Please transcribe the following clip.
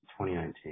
2019